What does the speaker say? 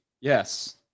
Yes